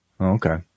Okay